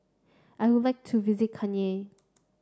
I would like to visit Cayenne